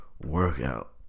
workout